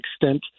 extent